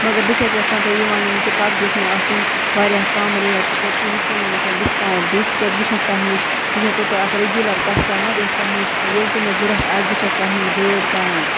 مگر بہٕ چھَس یژھان تۄہہِ یہِ وَنُن کہِ تتھ گوٚژھ مےٚ آسٕنۍ واریاہ کَم ریٹ تِکیٛازِ تُہۍ ہیٚکو مےٚ وٕنۍکٮ۪ن ڈِسکاوُنٛٹ دِتھ تِکیٛازِ بہٕ چھَس تۄہہِ نِش بہٕ چھَسو تۄہہِ اَکھ ریٚگیوٗلَر کَسٹَمَر یۄس تۄہہِ نِش ییٚلہِ تہِ مےٚ ضوٚرَتھ آسہِ بہٕ چھَس تۄہہِ نِش گٲڑۍ کَران